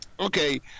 Okay